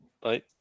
Bye